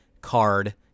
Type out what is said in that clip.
card